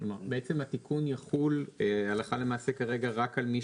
בעצם התיקון יחול הלכה למעשה כרגע רק על מי